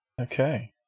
Okay